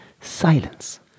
silence